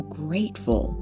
grateful